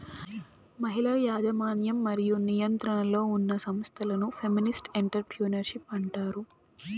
మహిళల యాజమాన్యం మరియు నియంత్రణలో ఉన్న సంస్థలను ఫెమినిస్ట్ ఎంటర్ ప్రెన్యూర్షిప్ అంటారు